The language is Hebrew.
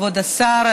כבוד השר,